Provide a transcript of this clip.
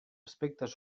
aspectes